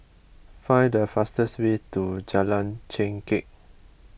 find the fastest way to Jalan Chengkek